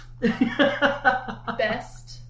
Best